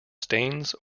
stains